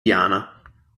diana